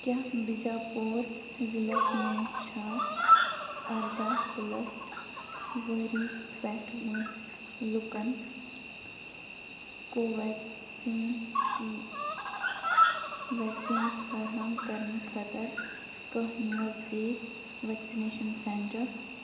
کیٛاہ بِجاپوٗر ضِلعس منٛز چھا اَرداہ پٕلَس وُہری پٮ۪ٹھ وٲنٛسہِ لُکَن کو وٮ۪کسیٖن وٮ۪کسیٖن فَرہَم کرنہٕ خٲطرٕ کانٛہہ نزدیٖک وٮ۪کسِنیشَن سٮ۪نٹَر